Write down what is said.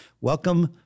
Welcome